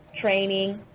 training,